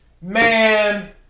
Man